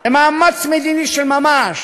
למאמץ מדיני של ממש.